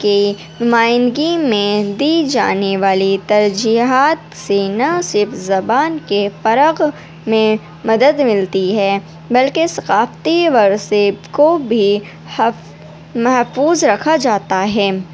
کے نمائندگی میں دی جانے والی ترجیحات سے نہ صرف زبان کے فرق میں مدد ملتی ہے بلکہ ثقافتی ورثے کو بھی محفوظ رکھا جاتا ہے